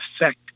effect